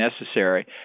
necessary